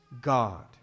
God